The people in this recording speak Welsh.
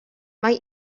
mae